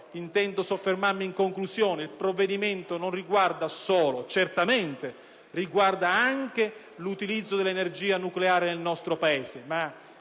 intendo soffermarmi in conclusione. Il provvedimento riguarda certamente l'utilizzo dell'energia nucleare nel nostro Paese,